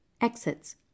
Exits